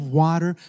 water